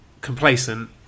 complacent